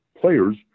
players